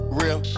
real